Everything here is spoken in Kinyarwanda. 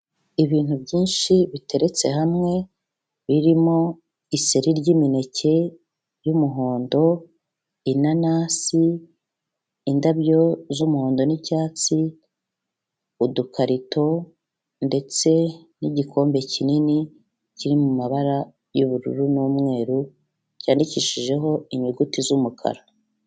Ibintu byinshi biteretse hamwe birimo iseri ry'imineke y'umuhondo, inanasi, indabyo z'umuhondo n'icyatsi, udukarito ndetse n'igikombe kinini kiri mu mabara y'ubururu n'umweru cyandikishijeho inyuguti z'umukara.